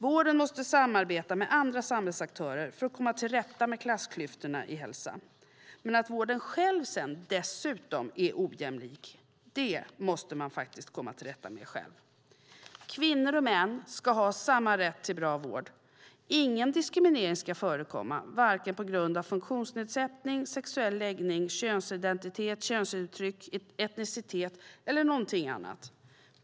Vården måste samarbeta med andra samhällsaktörer för att komma till rätta med klassklyftorna i hälsa, men att vården sedan dessutom själv är ojämlik måste den faktiskt komma till rätta med själv. Kvinnor och män ska ha samma rätt till bra vård. Ingen diskriminering ska förekomma, varken på grund av funktionsnedsättning, sexuell läggning, könsidentitet, könsuttryck, etnicitet eller på grund av någonting annat.